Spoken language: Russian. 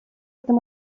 этом